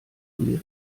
amerika